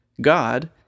God